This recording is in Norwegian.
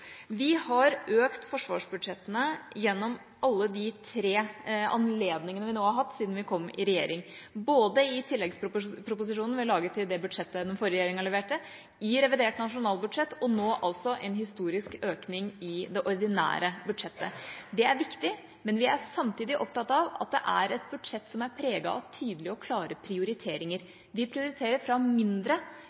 Vi har økt forsvarsbudsjettene gjennom alle de tre anledningene vi har hatt siden vi kom i regjering: i tilleggsproposisjonen vi laget til det budsjettet den forrige regjeringa leverte, i revidert nasjonalbudsjett og nå med en historisk økning i det ordinære budsjettet. Det er viktig, men vi er samtidig opptatt av at det er et budsjett som er preget av tydelige og klare prioriteringer. Vi prioriterer fra mindre